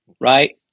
Right